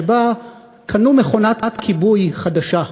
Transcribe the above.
שבה קנו מכונת כיבוי חדשה,